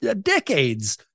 decades